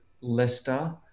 Leicester